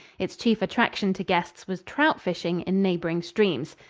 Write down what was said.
its chief attraction to guests was trout-fishing in neighboring streams.